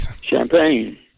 Champagne